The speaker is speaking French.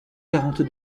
quarante